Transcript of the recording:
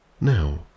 now